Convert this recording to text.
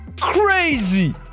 crazy